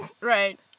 Right